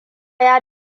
ya